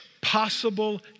possible